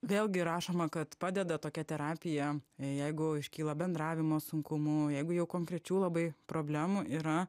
vėlgi rašoma kad padeda tokia terapija jeigu iškyla bendravimo sunkumų jeigu jau konkrečių labai problemų yra